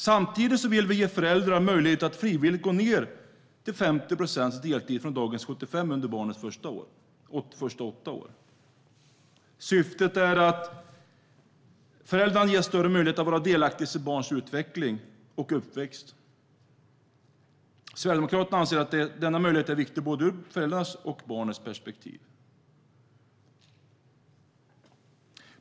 Samtidigt vill vi ge föräldrar möjlighet att frivilligt gå ned till 50 procents deltid från dagens 75 procent under barnets första åtta år. Syftet är att föräldrarna ges större möjlighet att vara delaktiga i sitt barns utveckling och uppväxt. Sverigedemokraterna anser att denna möjlighet är viktig ur både föräldrarnas och barnets perspektiv.